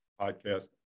podcast